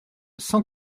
cent